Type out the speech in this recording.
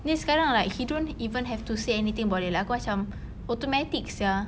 ni sekarang like he don't even have to say anything about it aku macam automatic sia